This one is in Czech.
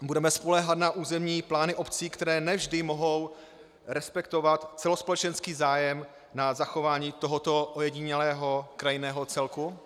Budeme spoléhat na územní plány obcí, které ne vždy mohou respektovat celospolečenský zájem na zachování tohoto ojedinělého krajinného celku?